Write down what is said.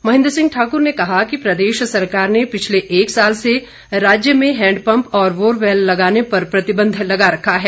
महेन्द्र सिंह ठाकुर ने कहा कि प्रदेश सरकार ने पिछले एक साल से राज्य में हैंडपंप और बोरवैल लगाने पर प्रतिबंध लगा रखा है